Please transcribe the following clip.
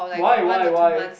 why why why